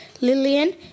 Lillian